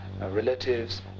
relatives